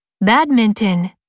badminton